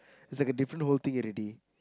is like a different whole thing already